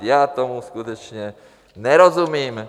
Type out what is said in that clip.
Já tomu skutečně nerozumím.